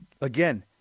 Again